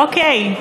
אוקיי,